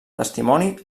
testimoni